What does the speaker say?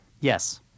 Yes